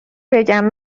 بگم